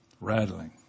Rattling